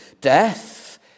Death